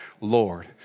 Lord